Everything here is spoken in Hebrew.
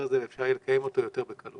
הזה ואפשר יהיה לקיים אותו ביתר קלות.